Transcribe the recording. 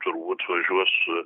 turbūt važiuos